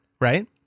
right